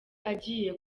agiye